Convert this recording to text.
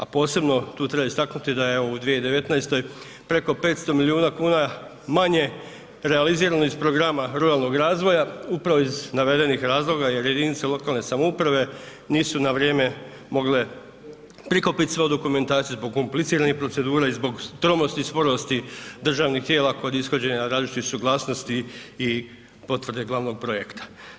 A posebno tu treba istaknuti da je u 2019. preko 500 milijuna kuna manje realizirano iz programa Ruralnog razvoja upravo iz navedenih razloga jer jedinice lokalne samouprave nisu na vrijeme mogle prikupiti svu dokumentaciju zbog kompliciranih procedura i zbog tromosti i sporosti državnih tijela kod ishođenja različitih suglasnosti i potvrde glavnog projekta.